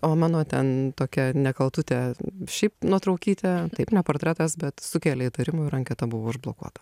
o va mano ten tokia nekaltutė šiaip nuotraukytė taip ne portretas bet sukelė įtarimų ir anketa buvo užblokuota